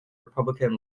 republican